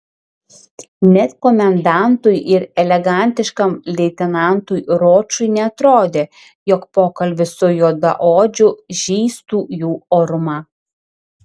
net komendantui ir elegantiškam leitenantui ročui neatrodė jog pokalbis su juodaodžiu žeistų jų orumą